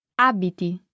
Abiti